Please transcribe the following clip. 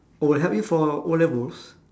oh will help you for O-levels